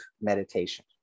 meditation